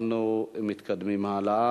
אנחנו מתקדמים הלאה